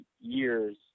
years